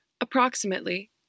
approximately